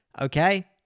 Okay